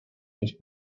just